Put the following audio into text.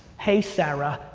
hey, sarah,